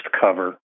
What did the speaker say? cover